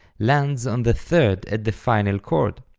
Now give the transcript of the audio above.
lands on the third at the final chord,